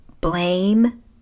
blame